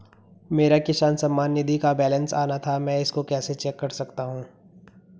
मेरा किसान सम्मान निधि का बैलेंस आना था मैं इसको कैसे चेक कर सकता हूँ?